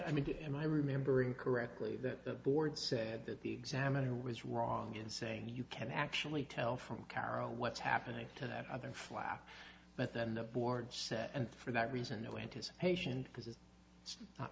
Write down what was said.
i mean did am i remembering correctly that the board said that the examiner was wrong in saying you can actually tell from cairo what's happening to that other flag but then the board said and for that reason no anticipation because it's not